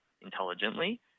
intelligently